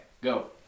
Go